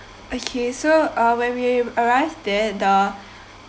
okay so uh when we arrived there the